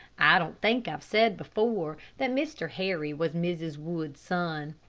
i don't think i have said before that mr. harry was mrs. wood's son.